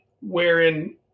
wherein